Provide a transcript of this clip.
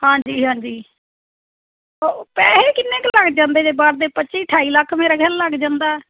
ਹਾਂਜੀ ਹਾਂਜੀ ਓ ਪੈਸੇ ਕਿੰਨੇ ਕੁ ਲੱਗ ਜਾਂਦੇ ਜੇ ਬਾਹਰ ਦੇ ਪੱਚੀ ਅਠਾਈ ਲੱਖ ਮੇਰਾ ਖਿਆਲ ਲੱਗ ਜਾਂਦਾ